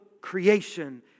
creation